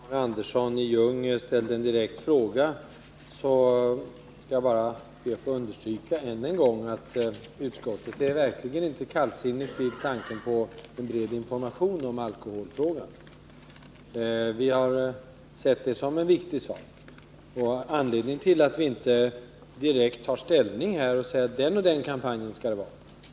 Herr talman! Eftersom Arne Andersson i Ljung ställde en direkt fråga till mig skall jag bara be att få framhålla, att utskottet inte är kallsinnigt till tanken på en bred information i alkoholfrågan. Vi har sett det som en viktig sak. Det finns två skäl till att vi inte direkt tar ställning och uttalar oss om en sådan kampanj.